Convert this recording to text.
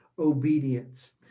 Obedience